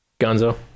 Gonzo